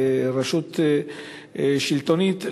כרשות שלטונית,